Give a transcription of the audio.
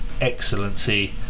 Excellency